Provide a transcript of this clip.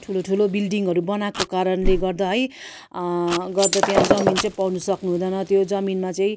ठुलो ठुलो बिल्डिङहरू बनाएको कारणले गर्दा है गर्दा त्यहाँ जमिन चाहिँ पाउनु सक्नु हुँदैन त्यो जमिनमा चाहिँ